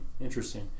Interesting